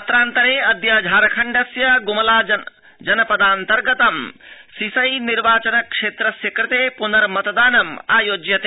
अत्रान्तरे अद्य झारखण्डस्य ग्मला जनपदान्तर्गतं सिसई निर्वाचन क्षेत्रस्य कृते प्नर्मतदानम् आयोज्यते